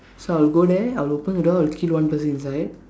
so I'll go there I'll open the door I'll kill one person inside